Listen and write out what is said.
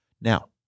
Now